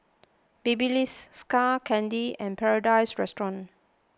Babyliss Skull Candy and Paradise Restaurant